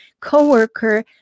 coworker